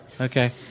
Okay